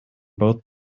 both